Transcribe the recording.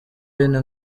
bene